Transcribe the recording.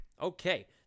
okay